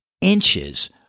inches